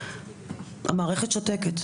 המערכת שותקת.